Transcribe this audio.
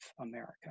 America